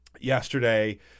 yesterday